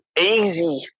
easy –